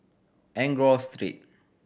Enggor Street